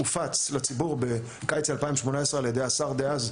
הופץ לציבור בקיץ 2018 על ידי השר דאז,